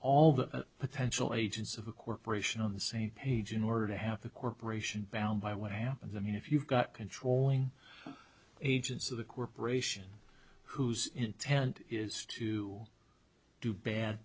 all the potential agents of a corporation on the same page in order to have a corporation bound by what happened i mean if you've got controlling agents of the corporation whose intent is to do bad